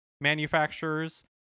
manufacturers